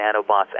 nanobots